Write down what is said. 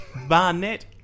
Barnett